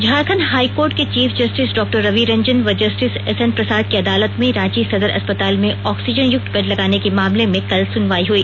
Jharkhand high court के chief justice डा रवि रंजन व जस्टिस एसएन प्रसाद की अदालत में रांची सदर अस्पताल में आक्सीजनयुक्त बेड लगाने के मामले में कल सुनवाई हई